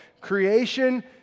creation